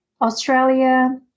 Australia